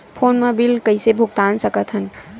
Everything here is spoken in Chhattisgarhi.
फोन मा बिल कइसे भुक्तान साकत हन?